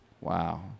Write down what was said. Wow